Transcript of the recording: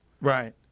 Right